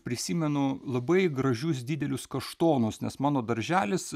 prisimenu labai gražius didelius kaštonus nes mano darželis